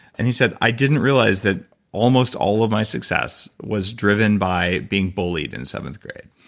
and he said, i didn't realize that almost all of my success was driven by being bullied in seventh grade.